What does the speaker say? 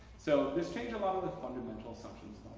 so this changed a lot of the fundamentals assumptions